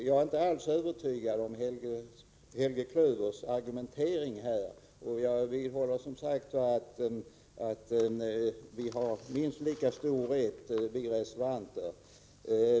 Jag blir inte alls övertygad av Helge Klövers argumentering utan vidhåller, som sagt var, att vi reservanter har minst lika rätt.